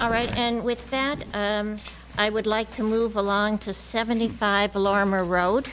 very right and with that i would like to move along to seventy five alarm or road